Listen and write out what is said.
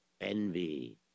envy